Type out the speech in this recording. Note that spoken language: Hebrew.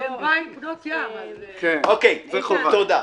אוקיי, תודה.